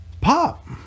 pop